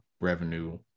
revenue